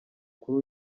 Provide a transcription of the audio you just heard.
kuri